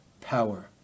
power